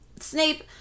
Snape